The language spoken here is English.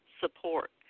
support